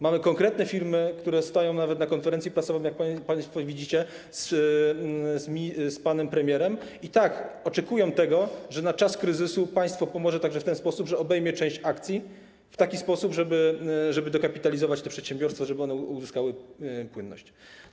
Mamy konkretne firmy, które stają, nawet na konferencji prasowej, jak państwo widzicie, z panem premierem, i tak, oczekują tego, że na czas kryzysu państwo pomoże także w ten sposób, że obejmie część akcji w taki sposób, żeby dokapitalizować te przedsiębiorstwa, żeby one uzyskały płynność.